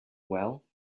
well